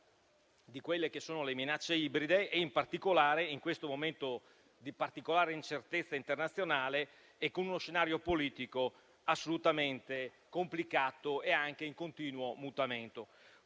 difesa dalle minacce ibride, in particolare in questo momento di incertezza internazionale e con uno scenario politico assolutamente complicato e in continuo mutamento.